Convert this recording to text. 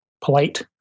polite